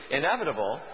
inevitable